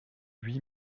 huit